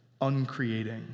uncreating